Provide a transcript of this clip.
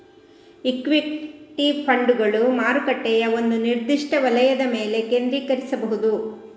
equity ಫಂಡುಗಳು ಮಾರುಕಟ್ಟೆಯ ಒಂದು ನಿರ್ದಿಷ್ಟ ವಲಯದ ಮೇಲೆ ಕೇಂದ್ರೀಕರಿಸಬಹುದು